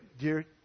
dear